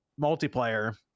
multiplayer